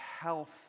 health